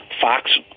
Fox